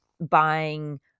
buying